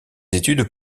études